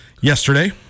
yesterday